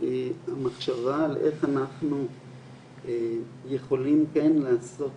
המחשבה על איך אנחנו יכולים כן לעשות